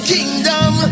Kingdom